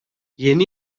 yeni